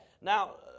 Now